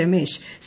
Ramesh C